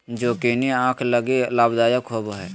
zucchini आंख लगी लाभदायक होबो हइ